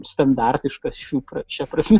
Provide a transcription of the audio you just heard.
standartiškas šių šia prasme